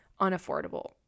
unaffordable